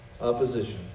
Opposition